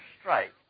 strike